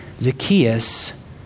Zacchaeus